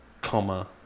comma